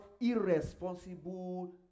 irresponsible